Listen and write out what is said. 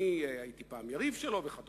'אני הייתי פעם יריב שלו, ",